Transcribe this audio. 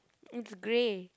it's grey